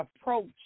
approach